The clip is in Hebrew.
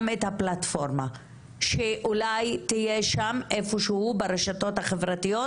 את הפלטפורמה שאולי תהיה שם איפשהו ברשתות החברתיות,